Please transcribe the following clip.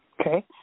Okay